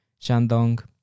shandong